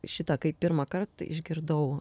šitą kai pirmąkart išgirdau